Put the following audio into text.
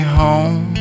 home